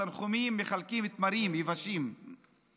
בתנחומים מחלקים תמרים יבשים,